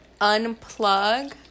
unplug